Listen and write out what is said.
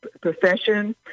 profession